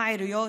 העיריות,